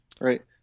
right